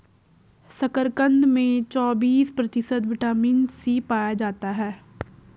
शकरकंद में चौबिस प्रतिशत विटामिन सी पाया जाता है